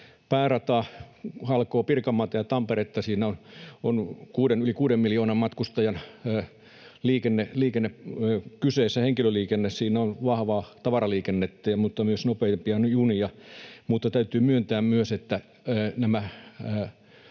Päärata halkoo Pirkanmaata ja Tamperetta, ja siinä on yli kuuden miljoonan matkustajan liikenne kyseessä, henkilöliikenne. Siinä on vahvaa tavaraliikennettä mutta myös nopeampia junia. Täytyy myöntää myös, että